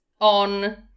on